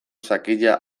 sakila